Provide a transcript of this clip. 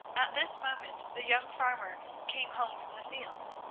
at this moment the young farmer came home from the fields.